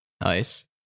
Nice